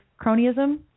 cronyism